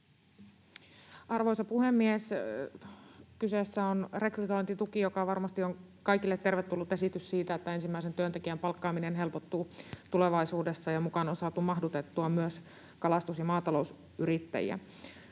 Arvoisa puhemies! Kyseessä on rekrytointituki, joka varmasti on kaikille tervetullut esitys siitä, että ensimmäisen työntekijän palkkaaminen helpottuu tulevaisuudessa, ja mukaan on saatu mahdutettua myös kalastus‑ ja maatalousyrittäjiä.